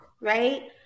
right